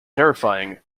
terrifying